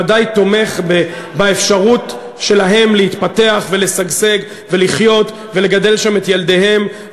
ודאי תומך באפשרות שלהם להתפתח ולשגשג ולחיות ולגדל שם את ילדיהם,